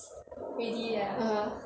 (uh huh)